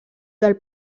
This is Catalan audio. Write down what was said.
del